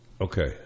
Okay